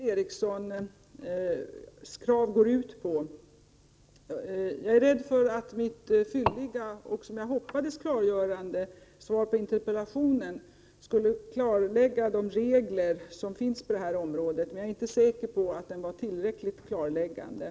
Herr talman! Jag är inte säker på att jag riktigt förstod vad Göran Ericssons krav går ut på. Jag hoppades att mitt fylliga svar på interpellationen skulle klarlägga de regler som finns på det här området, men jag är inte säker på att svaret var tillräckligt klarläggande.